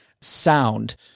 sound